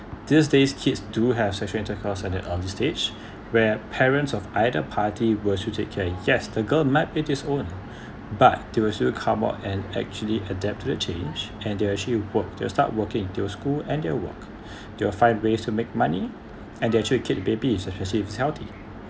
these days kids do have sexual intercourse at an early stage where parents of either party will actually take care yes the girl might be disown but they will still come out and actually adapt to the change and they'll actually work they'll start working they'll school and they'll work you will find ways to make money and they actually keep the baby such as he was healthy